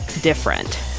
different